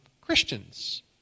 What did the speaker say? Christians